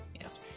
Yes